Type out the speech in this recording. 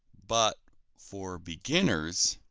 but for beginners